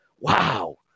Wow